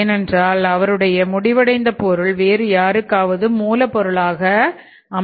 ஏனென்றால் அவருடைய முடிவடைந்த பொருள் வேறு யாருக்காவது மூலப் பொருளாக விளங்குகிறது